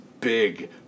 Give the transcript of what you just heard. big